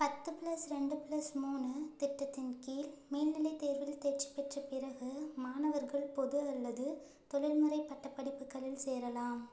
பத்து ப்ளஸ் ரெண்டு ப்ளஸ் மூணு திட்டத்தின் கீழ் மேல்நிலைத் தேர்வில் தேர்ச்சி பெற்ற பிறகு மாணவர்கள் பொது அல்லது தொழில்முறை பட்டப்படிப்புகளில் சேரலாம்